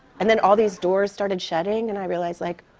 and then all these doors started shutting, and i realized, like,